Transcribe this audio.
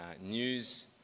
news